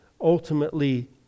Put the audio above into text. ultimately